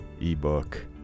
ebook